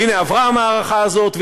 והנה עברה המערכה הזאת,